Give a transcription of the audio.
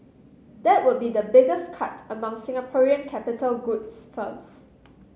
that would be the biggest cut among Singaporean capital goods firms